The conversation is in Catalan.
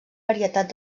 varietat